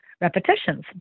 repetitions